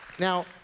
Now